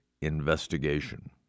investigation